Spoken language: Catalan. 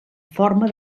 forma